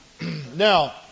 Now